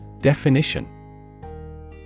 Definition